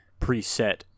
preset